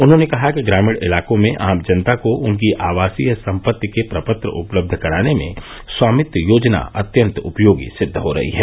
उन्होंने कहा कि ग्रामीण इलाकों में आम जनता को उनकी आवासीय सम्पत्ति के प्रपत्र उपलब्ध कराने में स्वामित्व योजना अत्यन्त उपयोगी सिद्ध हो रही है